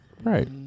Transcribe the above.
Right